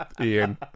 Ian